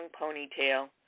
ponytail